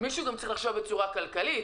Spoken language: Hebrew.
מישהו צריך לחשוב גם בצורה כלכלית.